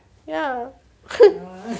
ya